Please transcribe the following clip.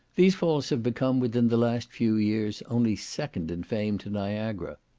these falls have become within the last few years only second in fame to niagara.